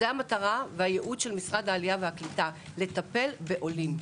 זו המטרה והייעוד של משרד העלייה והקליטה לטפל בעולים.